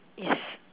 yes